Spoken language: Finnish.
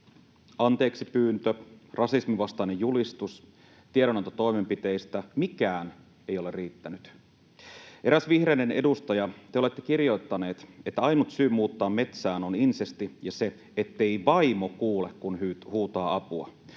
anteeksipyyntö, rasisminvastainen julistus, tiedonanto toimenpiteistä — mikään ei ole riittänyt. Eräs vihreiden edustaja, te olette kirjoittanut, että ainut syy muuttaa metsään on insesti ja se, ettei vaimo kuule, kun huutaa apua.